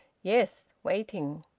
yes. waiting.